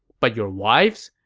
but your wives?